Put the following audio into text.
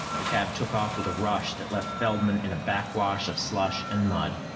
the cab took off with a rush that left feldman in a backwash of slush and mud.